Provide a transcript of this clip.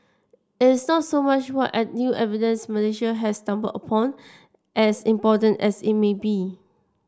it is not so much what add new evidence Malaysia has stumbled upon as important as it may be